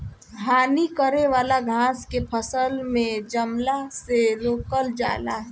हानि करे वाला घास के फसल में जमला से रोकल जाला